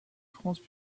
france